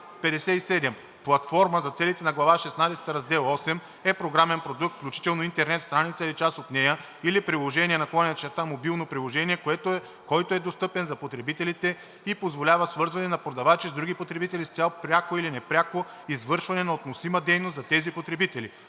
57. „Платформа“ за целите на глава шестнадесета, раздел VIII е програмен продукт, включително интернет страница или част от нея или приложение/мобилно приложение, който е достъпен за потребителите и позволява свързване на продавачи с други потребители с цел пряко или непряко извършване на относима дейност за тези потребители.